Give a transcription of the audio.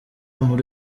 muri